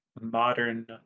modern